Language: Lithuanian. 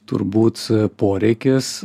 turbūt poreikis